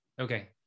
Okay